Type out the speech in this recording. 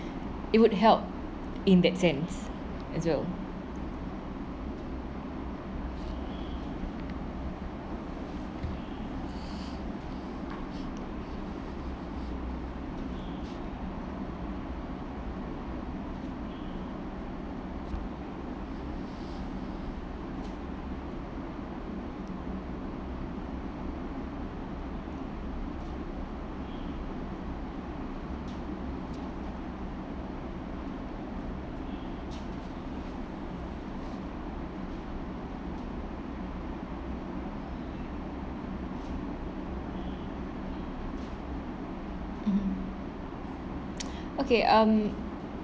it would help in that sense as well mmhmm okay um